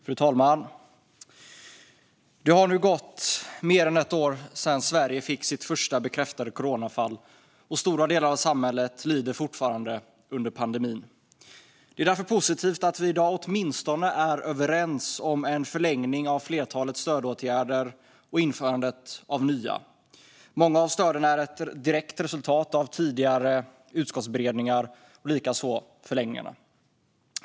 Fru talman! Det har nu gått mer än ett år sedan Sverige fick sitt första bekräftade coronafall, och stora delar av samhället lider fortfarande under pandemin. Det är därför positivt att vi i dag åtminstone är överens om en förlängning av flertalet stödåtgärder och om införandet av nya. Många av stöden är ett resultat av tidigare utskottsberedningar, likaså förlängningarna.